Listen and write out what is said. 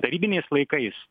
tarybiniais laikais